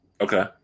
Okay